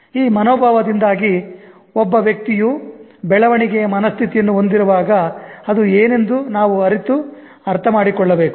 ಈ ಮನೋಭಾವದಿಂದಾಗಿ ಒಬ್ಬ ವ್ಯಕ್ತಿಯು ಬೆಳವಣಿಗೆಯ ಮನಸ್ಥಿತಿಯನ್ನು ಹೊಂದಿರುವಾಗ ಅದು ಏನೆಂದು ನಾವು ಅರಿತು ಅರ್ಥಮಾಡಿಕೊಳ್ಳಬೇಕು